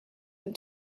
and